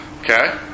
Okay